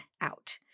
out